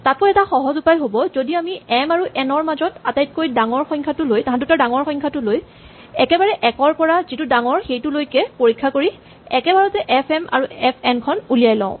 তাতকৈ এটা সহজ উপায় হ'ব যদি আমি এম আৰু এন ৰ মাজৰ ডাঙৰ সংখ্যাটো লৈ একেবাৰে ১ ৰ পৰা যিটো ডাঙৰ সেইটোলৈকে পৰীক্ষা কৰি একেবাৰতে এফ এম আৰু এফ এন উলিয়াই লওঁ